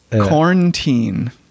Quarantine